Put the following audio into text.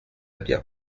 bien